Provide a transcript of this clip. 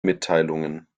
mitteilungen